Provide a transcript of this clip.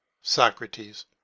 Socrates